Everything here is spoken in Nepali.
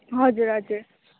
हजुर हजुर